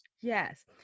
yes